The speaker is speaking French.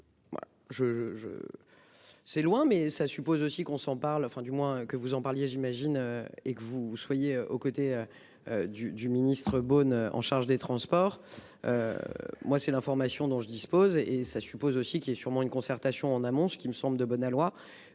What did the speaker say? C'est loin mais ça suppose aussi qu'on s'en parle enfin du moins que vous en parliez j'imagine et que vous soyez au côté. Du du ministre bonne en charge des transports. Moi c'est l'information dont je dispose et ça suppose aussi qui est sûrement une concertation en amont, ce qui me semble de bon aloi